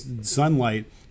sunlight